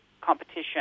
competition